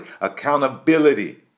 accountability